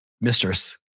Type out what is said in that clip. mistress